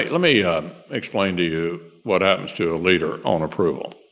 let me um explain to you what happens to a leader on approval.